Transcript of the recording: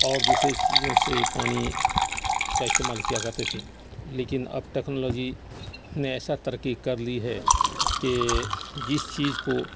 اور دوسرے چیزوں سے پانی کا استعمال کیا کرتے تھے لیکن اب ٹیکنالوجی نے ایسا ترقی کرلی ہے کہ جس چیز کو